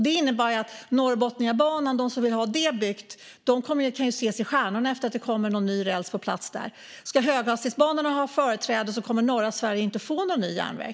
Det innebär att de som vill ha Norrbotniabanan byggd kan titta i stjärnorna efter att det kommer någon ny räls på plats där. Ska höghastighetsbanorna ha företräde kommer norra Sverige inte att få någon ny järnväg.